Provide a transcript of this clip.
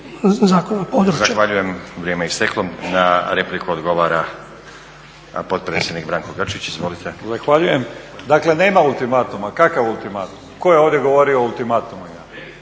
Zahvaljujem. Vrijeme je isteklo. Na repliku odgovara potpredsjednik Branko Grčić. Izvolite. **Grčić, Branko (SDP)** Zahvaljujem. Dakle, nema ultimatuma. Kakav ultimatum? Tko je ovdje govorio o ultimatumima.